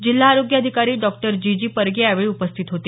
जिल्हा आरोग्य अधिकारी डॉ जी जी परगे यावेळी उपस्थित होते